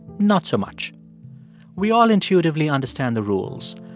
not so much we all intuitively understand the rules.